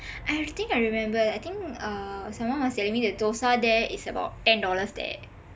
I think I remember I think ah someone was telling me the dosai there is about ten dollars there